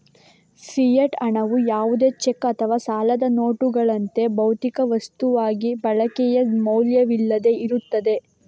fiat ಹಣವು ಯಾವುದೇ cheque ಅಥವಾ ಸಾಲದ ನೋಟುಗಳಂತೆ, ಭೌತಿಕ ವಸ್ತುವಾಗಿ ಬಳಕೆಯ ಮೌಲ್ಯವಿಲ್ಲದೆ ಇರುತ್ತದೆ